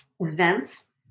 events